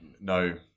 No